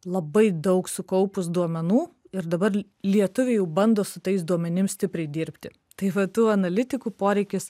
labai daug sukaupus duomenų ir dabar lietuviai bando su tais duomenim stipriai dirbti tai va tų analitikų poreikis